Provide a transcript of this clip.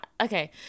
okay